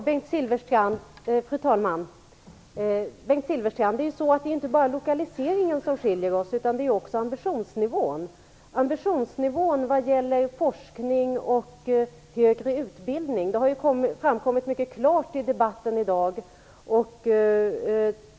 Fru talman! Det är inte bara lokaliseringen som skiljer oss åt, Bengt Silfverstrand. Det är också ambitionsnivån vad gäller forskning och högre utbildning. Det har framkommit mycket klart i debatten i dag.